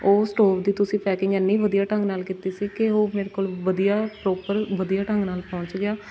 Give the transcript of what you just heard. ਉਹ ਸਟੋਵ ਦੀ ਤੁਸੀਂ ਪੈਕਿੰਗ ਐਨੀ ਵਧੀਆ ਢੰਗ ਨਾਲ ਕੀਤੀ ਸੀ ਕਿ ਉਹ ਮੇਰੇ ਕੋਲ ਵਧੀਆ ਪ੍ਰੋਪਰ ਵਧੀਆ ਢੰਗ ਨਾਲ ਪਹੁੰਚ ਗਿਆ